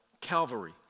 Calvary